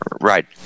Right